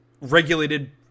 regulated